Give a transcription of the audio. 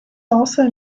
also